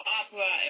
opera